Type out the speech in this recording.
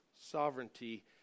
sovereignty